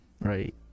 right